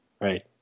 Right